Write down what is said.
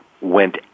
went